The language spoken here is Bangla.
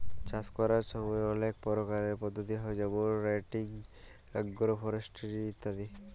চাষ ক্যরার ছময় অলেক পরকারের পদ্ধতি হ্যয় যেমল রটেটিং, আগ্রো ফরেস্টিরি ইত্যাদি